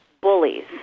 bullies